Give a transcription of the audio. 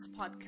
podcast